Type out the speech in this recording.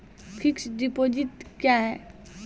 Fixed deposit क्या हैं?